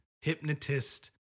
hypnotist